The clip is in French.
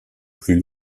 plus